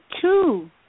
two